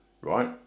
right